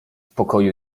pokoju